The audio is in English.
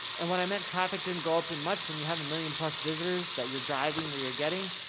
and what i meant, traffic didn't go up and much, when you have a million-plus visitors that you're driving or you're getting,